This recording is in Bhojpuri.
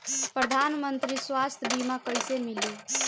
प्रधानमंत्री स्वास्थ्य बीमा कइसे मिली?